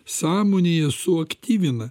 sąmonėje suaktyvina